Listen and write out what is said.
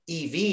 EV